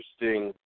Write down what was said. interesting